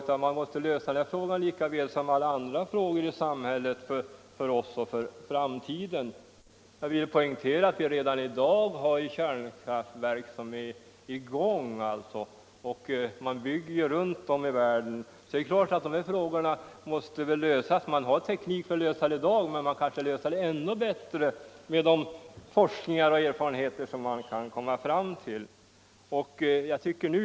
Men vi måste lösa dem lika väl som alla andra problem i samhället med tanke på både vår egen tid och framtiden. Jag vill poåinglcru att vi redan i dag har kärnkraftverk i gång, och man bygger sådana runt om i världen. Avfallsfrågorna måste alltså lösas. Man har en teknik för det i dag. men man kanske kan klara problemen ännu bättre på grundval av forskning och kommande cerfarenheter.